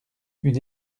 une